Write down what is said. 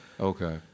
Okay